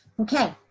okay,